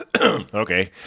Okay